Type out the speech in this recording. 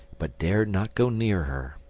but dared not go near her.